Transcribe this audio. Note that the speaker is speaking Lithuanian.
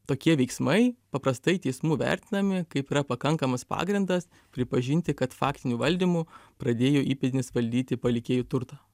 tokie veiksmai paprastai teismų vertinami kaip yra pakankamas pagrindas pripažinti kad faktiniu valdymu pradėjo įpėdinis valdyti palikėjo turtą